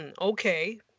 okay